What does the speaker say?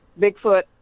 Bigfoot